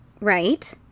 Right